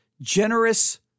generous